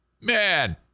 Man